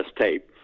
tape